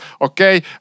okay